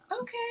okay